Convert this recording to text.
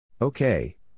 Okay